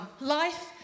Life